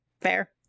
Fair